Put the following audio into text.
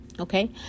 Okay